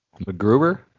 McGruber